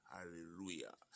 Hallelujah